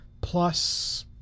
plus